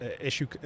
issue